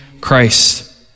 Christ